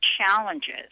challenges